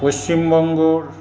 পশ্চিমবঙ্গর